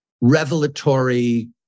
revelatory